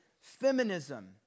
feminism